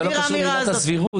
זה לא קשור להילת הסבירות.